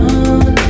on